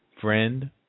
friend